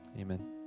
Amen